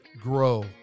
grow